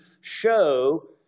show